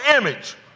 image